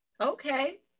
okay